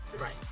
Right